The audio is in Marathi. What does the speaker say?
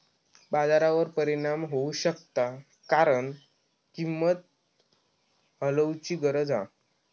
बाजारावर परिणाम होऊ शकता कारण किंमत हलवूची गरज हा